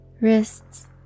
wrists